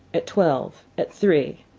at twelve, at three,